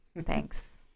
Thanks